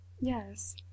yes